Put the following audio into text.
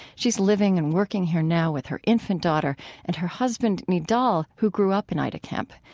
she's living and working here now with her infant daughter and her husband, nidal, who grew up in aida camp.